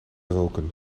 roken